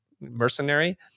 mercenary